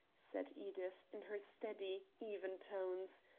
said edith, in her steady, even tones,